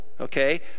okay